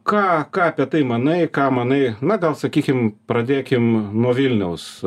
ką ką apie tai manai ką manai na gal sakykim pradėkim nuo vilniaus